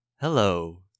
Hello